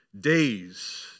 days